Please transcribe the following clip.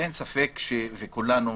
אין ספק, וכולנו